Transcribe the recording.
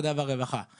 אם